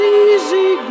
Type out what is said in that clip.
easy